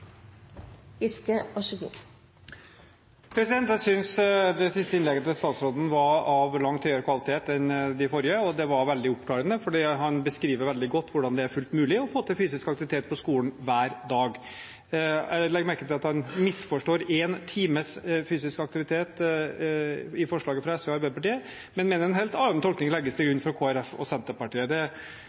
statsråden var av langt høyere kvalitet enn de forrige, og det var veldig oppklarende, for han beskriver veldig godt hvordan det er fullt mulig å få til fysisk aktivitet på skolen hver dag. Jeg legger merke til at han misforstår «én times fysisk aktivitet» i forslaget fra SV og Arbeiderpartiet, men mener at en helt annen tolkning legges til grunn for forslaget fra Kristelig Folkeparti og Senterpartiet. Det